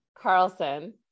Carlson